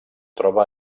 troba